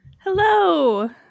Hello